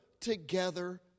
together